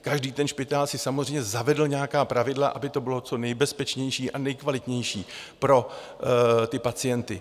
Každý ten špitál si samozřejmě zavedl nějaká pravidla, aby to bylo co nejbezpečnější a nejkvalitnější pro ty pacienty.